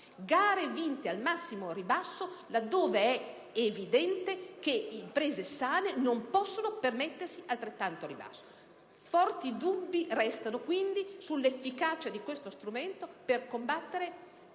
gare vinte al massimo ribasso laddove è evidente che imprese sane non possono permettersi altrettanto ribasso. Forti dubbi restano quindi sull'efficacia di questo strumento per combattere